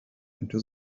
into